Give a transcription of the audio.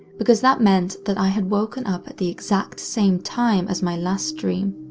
because that meant that i had woken up at the exact same time as my last dream.